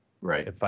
Right